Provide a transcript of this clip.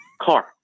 car